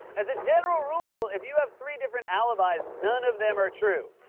as a general rule, if you have three different alibis, none of them are true.